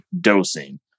dosing